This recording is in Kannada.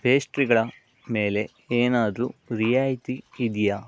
ಪೇಸ್ಟ್ರಿಗಳ ಮೇಲೆ ಏನಾದರೂ ರಿಯಾಯಿತಿ ಇದೆಯಾ